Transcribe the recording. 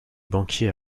banquier